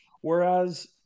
Whereas